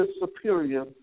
superior